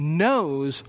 knows